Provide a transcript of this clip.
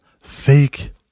Fake